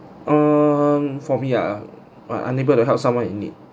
um for me ah err unable to help someone in need